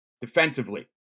defensively